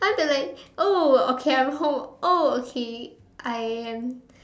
I want to like oh okay I'm home oh okay I am